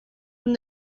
when